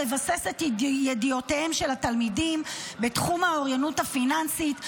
לבסס את ידיעותיהם של התלמידים בתחום האוריינות הפיננסית,